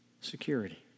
security